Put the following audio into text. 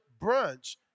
brunch